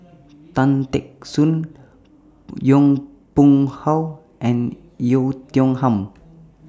Tan Teck Soon Yong Pung How and Oei Tiong Ham